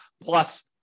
plus